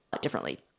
differently